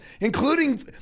including